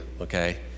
okay